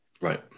Right